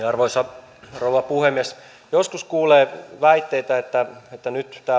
arvoisa rouva puhemies joskus kuulee väitteitä että että nyt tämä